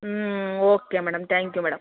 ಹ್ಞೂ okay madam thank you madam